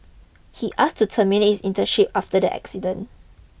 he asked to terminate his internship after the accident